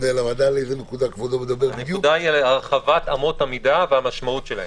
הנקודה היא הרחבת אמות המידה להכרזה והמשמעות שלהן,